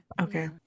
Okay